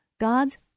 God's